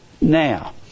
now